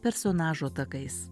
personažo takais